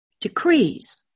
Decrees